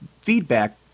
feedback